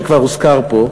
שכבר הוזכר פה,